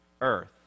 earth